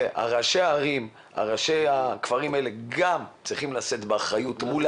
וראשי הכפרים צריכים לשאת באחריות גם מול